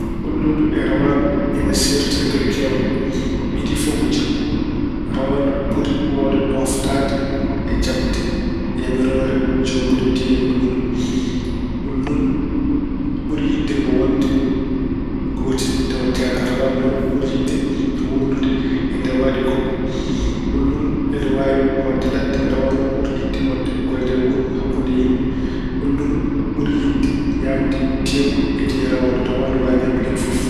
Ulludu e rawaandu ina seerti e geɗe keewɗe. Idii fof ko jikku. Rawandu ɓuri waawde ɗooftaade e jabde yamiroore joomun e diine ulludu. Ulludu ɓuri yiɗde ko wonde gootel tawa teela. Rawandu noon ɓuri yiɗde ko wonndude e dawaaɗi goɗɗi. Ulludu ine waawi hoɗde ladde. Rawandu noon ɓuri yiɗde hoɗde ko e nder wuro, hakkunde yimɓe. Ulludu ɓuri yiɗde ñaamde teewu e diine rawandu. Rawandu ine waawi ñaamde ko heɓi fof.